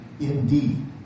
indeed